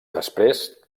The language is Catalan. després